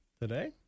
Today